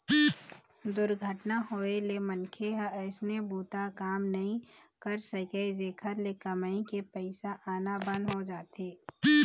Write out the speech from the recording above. दुरघटना होए ले मनखे ह अइसने बूता काम नइ कर सकय, जेखर ले कमई के पइसा आना बंद हो जाथे